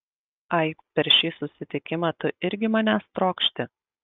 ai per šį susitikimą tu irgi manęs trokšti